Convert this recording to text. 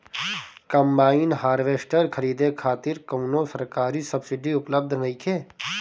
Combine harvester खरीदे खातिर कउनो सरकारी सब्सीडी उपलब्ध नइखे?